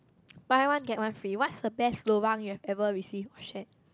buy one get one free what's the best lobang you've ever received or shared